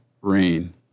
rain